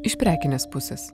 iš prekinės pusės